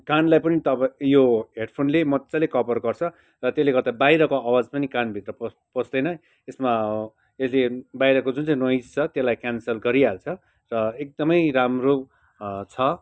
कानलाई पनि तपाईँ यो हेडफोन ले मज्जले कभर गर्छ र त्यसले गर्दा बाहिरको अवाज पनि कानभित्र पस्दैन यसमा यसले बाहिरको जुन चाहिँ नोइज छ त्यसलाई क्यान्सल गरिहाल्छ र एकदमै राम्रो छ